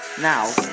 Now